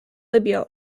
libya